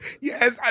Yes